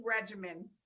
regimen